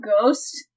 ghost